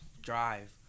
drive